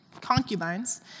Concubines